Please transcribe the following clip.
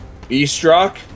Eastrock